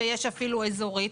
אז ברור,